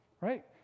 right